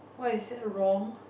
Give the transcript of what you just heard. why is that wrong